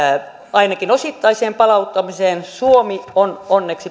ainakin osittaiseen palauttamiseen suomi on onneksi